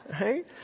right